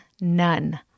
none